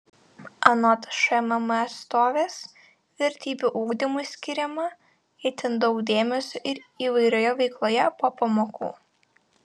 anot šmm atstovės vertybių ugdymui skiriama itin daug dėmesio ir įvairioje veikloje po pamokų